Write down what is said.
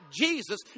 Jesus